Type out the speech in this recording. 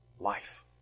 life